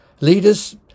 Leaders